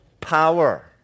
power